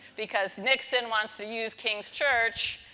because nixon wants to use king's church,